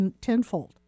tenfold